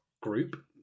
group